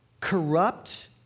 corrupt